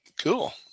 cool